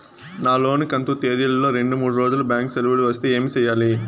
నా లోను కంతు తేదీల లో రెండు మూడు రోజులు బ్యాంకు సెలవులు వస్తే ఏమి సెయ్యాలి?